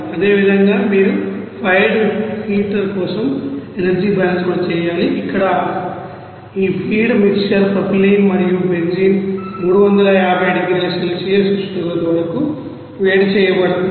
అదేవిధంగా మీరు fired heater కోసం ఎనర్జీ బ్యాలెన్స్ కూడా చేయాలి ఇక్కడ ఈ ఫీడ్ మిక్సర్ ప్రొపైలిన్ మరియు బెంజీన్ 350 డిగ్రీల సెల్సియస్ ఉష్ణోగ్రత వరకు వేడి చేయబడుతుంది